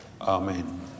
Amen